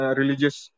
religious